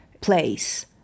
place